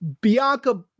Bianca